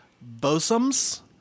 bosoms